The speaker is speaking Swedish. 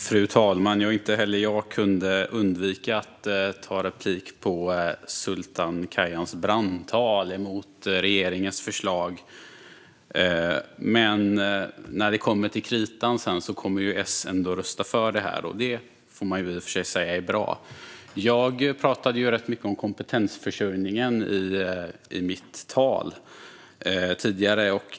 Fru talman! Inte heller jag kunde undvika att begära replik på Sultan Kayhans brandtal mot regeringens förslag. När det kommer till kritan kommer S ändå att rösta för förslaget, och det får man i och för sig säga är bra. Jag talade rätt mycket om kompetensförsörjningen i mitt anförande tidigare.